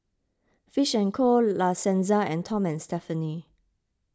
Fish and Co La Senza and Tom and Stephanie